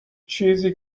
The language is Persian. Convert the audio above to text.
چیزی